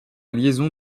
liaison